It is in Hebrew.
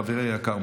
חברי היקר,